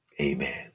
Amen